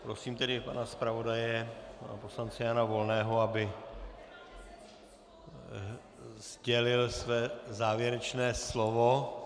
Prosím tedy pana zpravodaje, pana poslance Jana Volného, aby sdělil své závěrečné slovo.